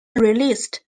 released